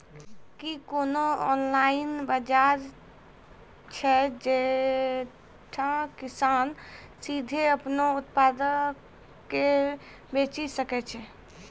कि कोनो ऑनलाइन बजार छै जैठां किसान सीधे अपनो उत्पादो के बेची सकै छै?